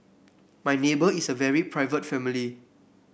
my neighbour is a very private family